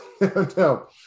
No